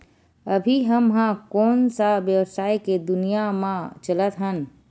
अभी हम ह कोन सा व्यवसाय के दुनिया म चलत हन?